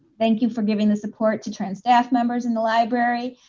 thank you for giving the support to trans staff members in the library.